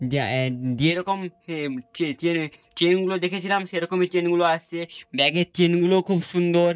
যা যেরকম চেন চেনগুলো দেখেছিলাম সেরকমই চেনগুলো আসছে ব্যাগের চেনগুলোও খুব সুন্দর